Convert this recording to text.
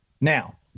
Now